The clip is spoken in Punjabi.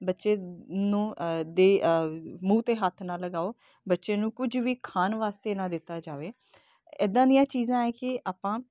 ਬੱਚੇ ਨੂੰ ਦੇ ਮੂੰਹ 'ਤੇ ਹੱਥ ਨਾ ਲਗਾਓ ਬੱਚੇ ਨੂੰ ਕੁਝ ਵੀ ਖਾਣ ਵਾਸਤੇ ਨਾ ਦਿੱਤਾ ਜਾਵੇ ਇੱਦਾਂ ਦੀਆਂ ਚੀਜ਼ਾਂ ਹੈ ਕਿ ਆਪਾਂ